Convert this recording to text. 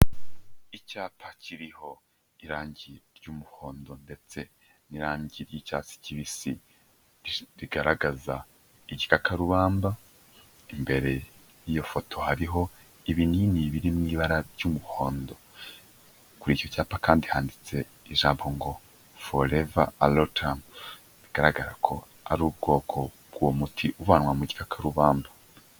Icyapa kiriho irangi ry'umuhondo ndetse n'irangi ry'icyatsi kibisi, rigaragaza igikakarubamba, imbere y'iyo foto hariho ibinini biri mu ibara ry'umuhondo. Kuri icyo cyapa kandi handitse ijambo ngo: forever aloe turm, bigaragara ko ari ubwoko bw'uwo muti, uvanwa mu gikakarubamba.